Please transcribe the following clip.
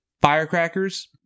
Firecrackers